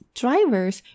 drivers